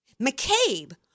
McCabe